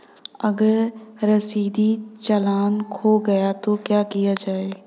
अगर रसीदी चालान खो गया तो क्या किया जाए?